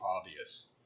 obvious